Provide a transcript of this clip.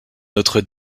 notre